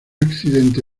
accidente